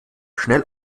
schnell